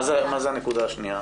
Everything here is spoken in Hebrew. מהי הנקודה השנייה?